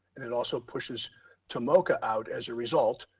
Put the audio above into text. and it also pushes tomoka out as a result,